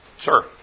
Sir